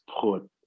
put